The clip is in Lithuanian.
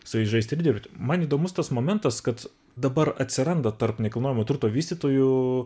su jais žaistiir dirbti man įdomus tas momentas kad dabar atsiranda tarp nekilnojamo turto vystytojų